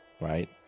right